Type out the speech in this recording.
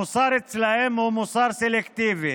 המוסר אצלם הוא מוסר סלקטיבי,